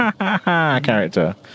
character